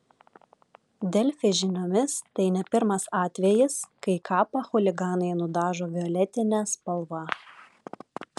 delfi žiniomis tai ne pirmas atvejis kai kapą chuliganai nudažo violetine spalva